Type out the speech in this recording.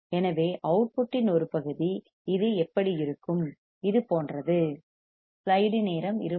எனவே அவுட்புட்டின் ஒரு பகுதி இது எப்படி இருக்கும் இது போன்றது